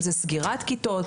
אם זה סגירת כיתות,